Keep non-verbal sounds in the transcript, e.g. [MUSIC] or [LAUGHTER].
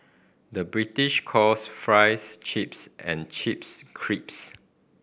the British calls fries chips and chips [UNINTELLIGIBLE]